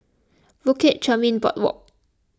Bukit Chermin Boardwalk